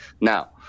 Now